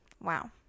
wow